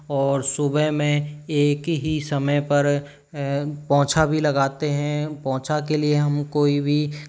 और सुबह में एक ही समय पर पोंछा भी लगाते हैं पोंछा के लिए हम कोई भी